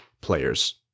players